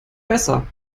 besser